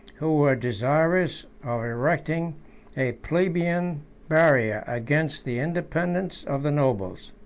who were desirous of erecting a plebeian barrier against the independence of the nobles.